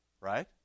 right